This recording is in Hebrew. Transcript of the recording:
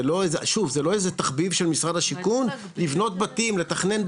שוב זה לא איזה תחביב של משרד השיכון לבנות בתים לתכנן,